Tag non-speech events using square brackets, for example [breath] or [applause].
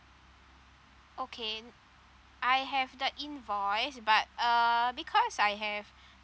okay I have the invoice but uh because I have [breath]